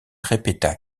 répéta